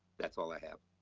that's all i have.